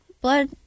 blood